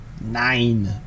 Nine